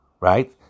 right